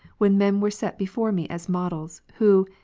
when men were set before me as models, who,